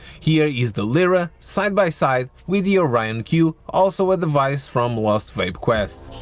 here is the lira. side by side with the orion q also a device from lost faith quests.